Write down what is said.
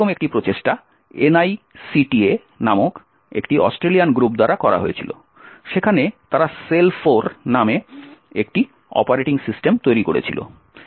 এরকম একটি প্রচেষ্টা NICTA নামক একটি অস্ট্রেলিয়ান গ্রুপ দ্বারা করা হয়েছিল যেখানে তারা SeL4 নামে একটি অপারেটিং সিস্টেম তৈরি করেছিল